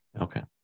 okay